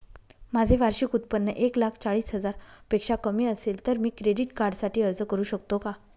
माझे वार्षिक उत्त्पन्न एक लाख चाळीस हजार पेक्षा कमी असेल तर मी क्रेडिट कार्डसाठी अर्ज करु शकतो का?